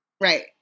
Right